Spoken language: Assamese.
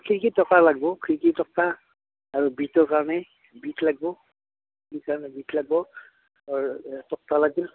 খিৰিকী তক্টা লাগব খিৰিকী তক্টা আৰু বিটৰ কাৰণে বিট লাগব কাৰণে বিট লাগব তক্টা লাগিল